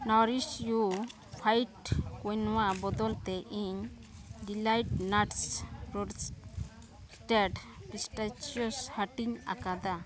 Nourish You white quinoa ᱵᱚᱫᱚᱞᱛᱮ ᱤᱧ Delight Nuts roasted pistachios ᱦᱟᱹᱴᱤᱧ ᱟᱠᱟᱫᱟ